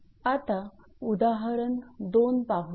आता उदाहरण 2 पाहुयात